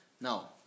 Now